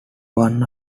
one